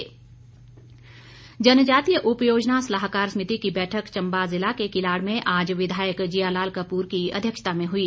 बैठक जनजातीय उप योजना सलाहकार समिति की बैठक चंबा जिला के किलाड़ में आज विधायक जियालाल कप्र की अध्यक्षता में हुई